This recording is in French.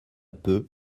peu